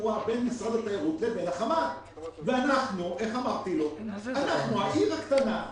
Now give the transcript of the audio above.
בין משרד התיירות לבין החמ"ת ואנחנו העיר הקטנה שם.